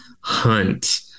hunt